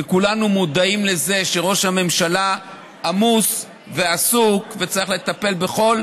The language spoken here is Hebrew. וכולנו מודעים לזה שראש הממשלה עמוס ועסוק וצריך לטפל בכל